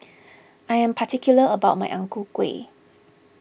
I am particular about my Ang Ku Kueh